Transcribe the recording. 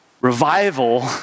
revival